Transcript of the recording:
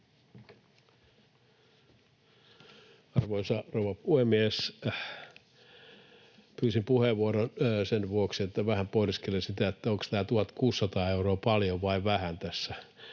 Arvoisa rouva puhemies! Pyysin puheenvuoron sen vuoksi, että vähän pohdiskelen sitä, onko tämä 1 600 euroa paljon vai vähän tässä